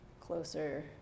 closer